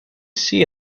see